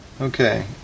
Okay